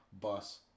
bus